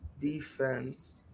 defense